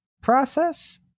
process